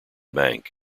bank